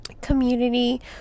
community